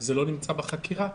זה לא נמצא בחקירה?